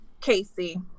Casey